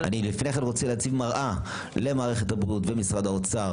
אני רוצה לפני כן להציג מראה למערכת הבריאות ומשרד האוצר